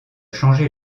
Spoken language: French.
changer